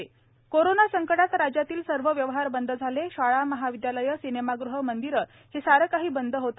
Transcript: शाळा कोरोना संकटात राज्यातील सर्व व्यवहार बंद झाले शाळा महाविद्यालये सिनेमागृह मंदिरे हे सार काही बंद होते